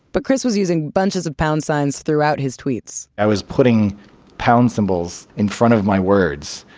but chris was using bunches of pound signs throughout his tweets. i was putting pound symbols in front of my words,